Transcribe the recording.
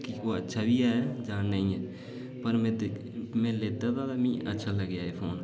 कि ओह् अच्छा बी ऐ जां नेई ऐ पर में लैता ते मिगी अच्छा लग्गेआ फोन